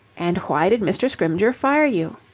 and why did mr. scrymgeour fire you?